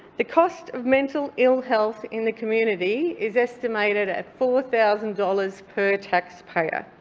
the cost of mental ill health in the community is estimated at four thousand dollars per taxpayer,